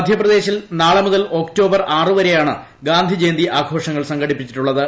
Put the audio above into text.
മദ്ധ്യപ്രദേശിൽ നാളെ മുതൽ ഒക്ടോബർ ആറു വരെയാണ് ഗാന്ധിജയന്തി ആഘോഷങ്ങൾ സംഘടിപ്പിച്ചിട്ടുള്ളത്